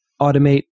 automate